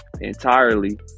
entirely